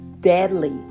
deadly